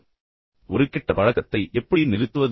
இப்போது ஒரு கெட்ட பழக்கத்தை எப்படி நிறுத்துவது